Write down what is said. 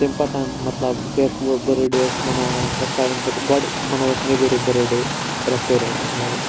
تمہِ پَتہٕ مَطلَب یُتھے أسۍ وۄنۍ بٔرتھ ڈے ٲسۍ مَناوان أسۍ ژاے امہِ پَتہٕ گۄڈِ مَنٲو اَسہِ نٮ۪برٕ بٔرتھ ڈے ریٚسٹورنٹَس مَنٛز